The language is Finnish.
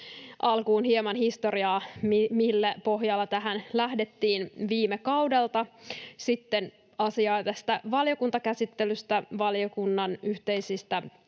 Alkuun hieman historiaa, millä pohjalla tähän lähdettiin viime kaudelta, sitten asiaa valiokuntakäsittelystä ja valiokunnan yhteisistä